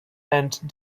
and